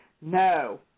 No